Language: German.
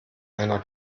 einer